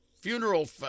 Funeral